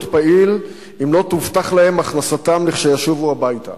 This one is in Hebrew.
פעיל אם לא תובטח להם הכנסתם כשישובו הביתה.